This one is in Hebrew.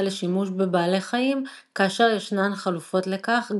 לשימוש בבעלי חיים כאשר ישנן חלופות לכך,